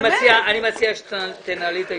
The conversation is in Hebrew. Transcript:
אני מציע שתנהלי את הישיבה.